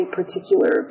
particular